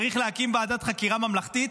צריך להקים ועדת חקירה ממלכתית.